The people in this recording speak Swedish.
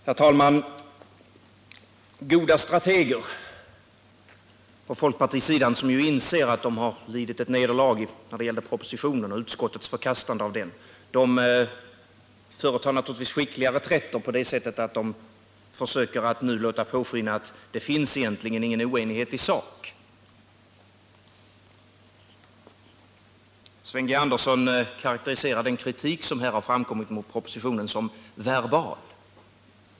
Herr talman! Goda strateger på folkpartisidan, som inser att de lidit nederlag när det gäller propositionen och utskottets förkastande av denna, företar naturligtvis skickliga reträtter på det sättet att de nu vill låta påskina att det egentligen inte finns någon oenighet i sak. Sven G. Andersson karakteriserar den kritik som framkommit mot propositionen som verbal.